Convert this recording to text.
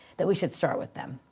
that we should start with them.